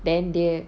then dia